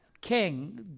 king